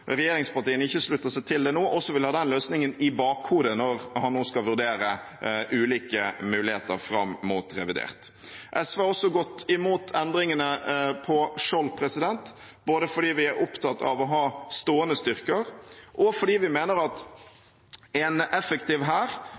regjeringspartiene ikke slutter seg til det nå, også vil ha den løsningen i bakhodet når han nå skal vurdere ulike muligheter fram mot revidert. SV har også gått imot endringene på Skjold, både fordi vi er opptatt av å ha stående styrker, og fordi vi mener at en effektiv hær